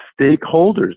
stakeholders